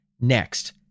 Next